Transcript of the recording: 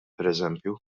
pereżempju